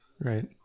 Right